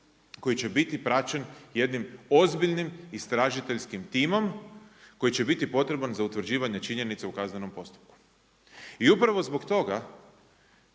koji će biti praćen jednim ozbiljnim istražiteljskim timom koji će biti potreban za utvrđivanje činjenica u kaznenom postupku. I upravo zbog toga